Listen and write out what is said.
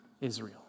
Israel